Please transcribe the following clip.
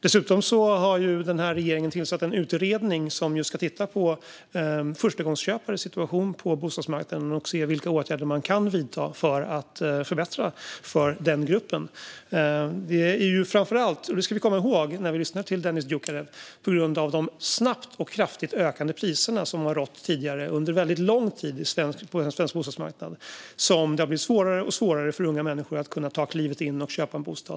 Dessutom har regeringen tillsatt en utredning som ska titta just på förstagångsköpares situation på bostadsmarknaden och se vilka åtgärder man kan vidta för att förbättra för den gruppen. Det är framför allt - och det ska vi komma ihåg när vi lyssnar till Dennis Dioukarev - på grund av de snabbt och kraftigt ökande priser vi har sett under väldigt lång tid på svensk bostadsmarknad som det har blivit svårare och svårare för unga människor att ta klivet in och köpa en bostad.